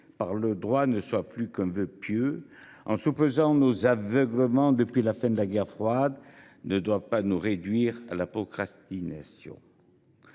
par le droit ne soit plus qu’un vœu pieux, en soupesant nos aveuglements depuis la fin de la guerre froide, ne doit pas nous réduire à la procrastination.